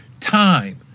time